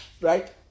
Right